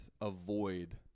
avoid